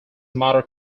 motor